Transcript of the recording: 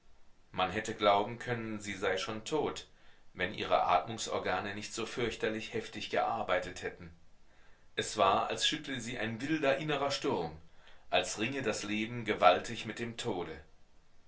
man hätte glauben können sie sei schon tot wenn ihre atmungsorgane nicht so fürchterlich heftig gearbeitet hätten es war als schüttle sie ein wilder innerer sturm als ringe das leben gewaltig mit dem tode